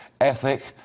ethic